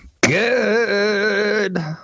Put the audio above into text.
Good